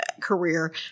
career